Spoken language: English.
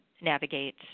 navigate